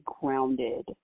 grounded